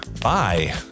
Bye